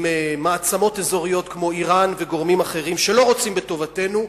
עם מעצמות אזוריות כמו אירן וגורמים אחרים שלא רוצים בטובתנו,